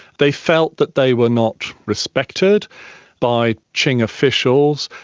they felt that they were not respected by qing officials.